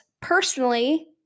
personally